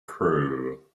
crew